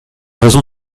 raison